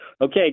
Okay